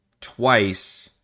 twice